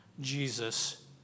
Jesus